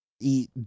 eat